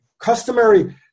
customary